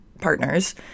partners